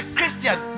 Christian